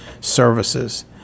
services